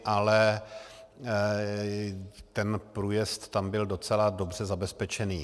Ale ten průjezd tam byl docela dobře zabezpečený.